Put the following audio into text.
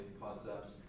concepts